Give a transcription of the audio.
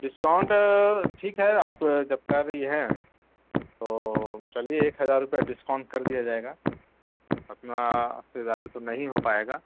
discount ٹھیک ہے آپ جب کر رہی ہیں تو چلیے ایک ہزار روپیہ ڈسکاؤنٹ کر دیا جائے گا اپنا اس سے زیادہ تو نہیں ہو پائے گا